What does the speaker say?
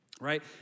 right